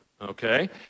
okay